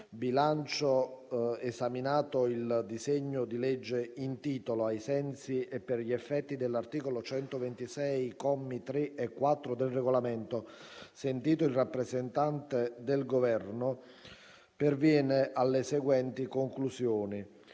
bilancio, esaminato il disegno di legge in titolo, ai sensi e per gli effetti dell’articolo 126, commi 3 e 4 del Regolamento - sentito il rappresentante del Governo - perviene alle seguenti conclusioni: